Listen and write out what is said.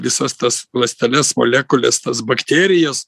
visas tas ląsteles molekules tas bakterijas